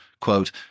quote